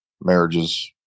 marriages